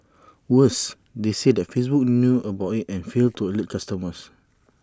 worse they say that Facebook knew about IT and failed to alert customers